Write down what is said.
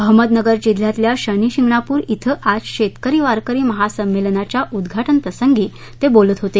अहमदनगर जिल्ह्यातल्या शनिशिंगणापूर क्रें आज शेतकरी वारकरी महासंमेलनाच्या उद्घाटनप्रसंगी ते बोलत होते